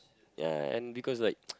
ya and because like